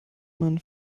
man